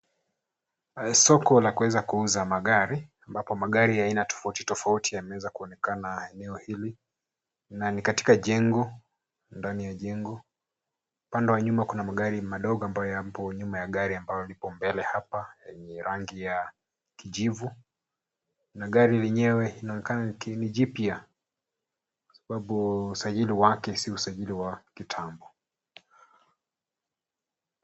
Soko la kuweza kuuza magari ambapo magari ya aina tofauti tofauti yameweza kuonekana eneo hili, na ni katika jengo ndani ya jengo, upande wa nyuma kuna magari madogo ambayo yapo nyuma ya gari ambapo lipo mbele hapa ni rangi ya kijivu na gari lenyewe inaonekana ni jipya, sababu usajili wake sio usajili wa kitambo.